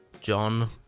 John